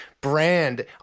brand